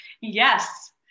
Yes